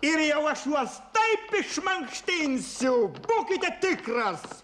ir jau aš juos taip išmankštinsiu būkite tikras